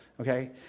Okay